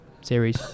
series